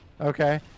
Okay